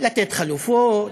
לתת חלופות,